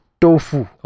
tofu